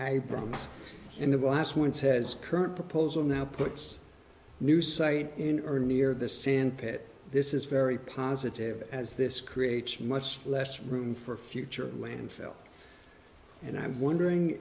brought in the last one says current proposal now puts new site in or near the sandpit this is very positive as this creates much less room for future landfill and i'm wondering